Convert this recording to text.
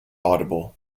audible